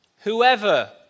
whoever